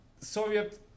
Soviet